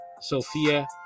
Sophia